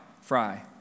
fry